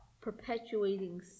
perpetuating